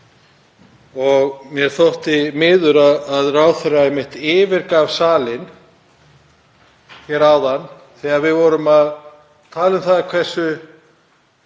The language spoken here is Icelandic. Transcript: lög. Mér þótti miður að ráðherra einmitt yfirgaf salinn hér áðan þegar við vorum að tala um það hversu